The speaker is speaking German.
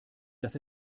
dass